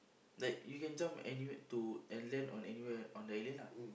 like you can jump anywhere to and land on anywhere on the island ah